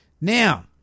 Now